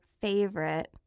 favorite